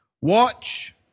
Watch